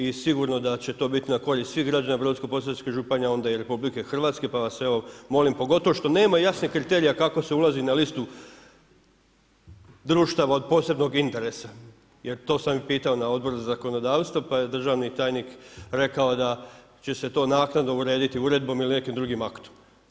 I sigurno da će to biti na korist svih građana Brodsko-posavske županije, a onda i Republike Hrvatske, pa vas evo molim pogotovo što nema jasnih kriterija kako se ulazi na listu društava od posebnog interesa, jer to sam i pitao na Odboru za zakonodavstvo, pa je državni tajnik rekao da će se to naknadno urediti uredbom ili nekim drugim aktom.